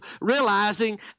realizing